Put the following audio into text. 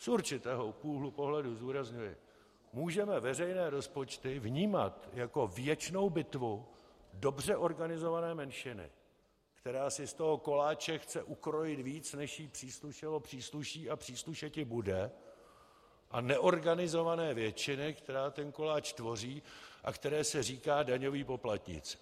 Z určitého úhlu pohledu, zdůrazňuji, můžeme veřejné rozpočty vnímat jako věčnou bitvu dobře organizované menšiny, která si z koláče chce ukrojit víc, než jí příslušelo, přísluší a příslušeti bude, a neorganizované většiny, která ten koláč tvoří a které se říká daňoví poplatníci.